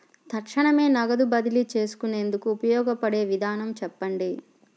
తక్షణమే నగదు బదిలీ చేసుకునేందుకు ఉపయోగపడే విధానము చెప్పండి?